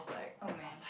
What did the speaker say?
oh man